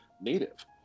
native